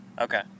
Okay